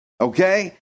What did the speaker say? okay